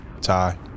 tie